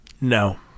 No